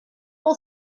will